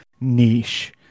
niche